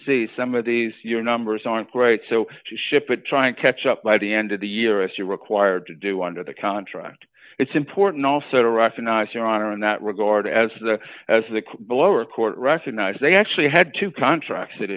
see some of these your numbers aren't great so ship it trying to catch up by the end of the year if you're required to do under the contract it's important also to recognize your honor in that regard as the as the lower court recognizes they actually had to contract that